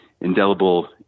indelible